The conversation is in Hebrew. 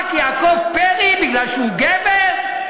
רק יעקב פרי, מפני שהוא גבר?